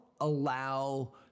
allow